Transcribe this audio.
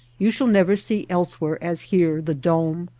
you shall never see elsewhere as here the dome,